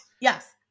Yes